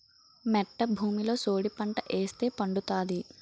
మెట్ట భూమిలో సోడిపంట ఏస్తే పండుతాది